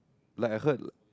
like I heard